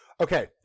Okay